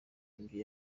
nkibyo